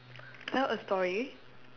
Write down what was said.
tell a story